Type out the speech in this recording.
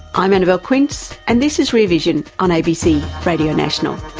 i'm annabelle quince and this is rear vision on abc radio national.